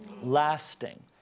lasting